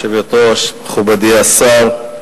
גברתי היושבת-ראש, מכובדי השר,